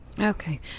Okay